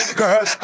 girl